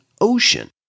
ocean